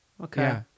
Okay